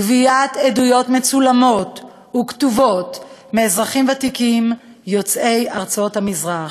גביית עדויות מצולמות וכתובות מאזרחים ותיקים יוצאי ארצות המזרח.